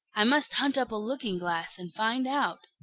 i must hunt up a looking-glass and find out.